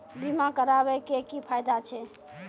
बीमा कराबै के की फायदा छै?